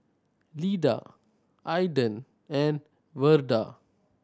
Leda Aedan and Verda